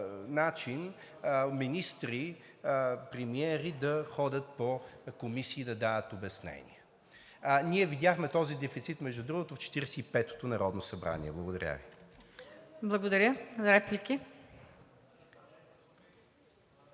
начин министри, премиери да ходят по комисии и да дават обяснения. Ние видяхме този дефицит, между другото, в 45-ото народно събрание. Благодаря Ви. ПРЕДСЕДАТЕЛ